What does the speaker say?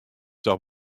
dochs